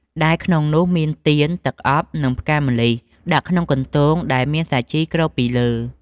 ដែលក្នុងនោះមានទៀន, ទឹកអប់ និងផ្កាម្លិះដាក់ក្នុងកន្ទោងដែលមានសាជីគ្របពីលើ។